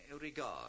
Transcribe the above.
regard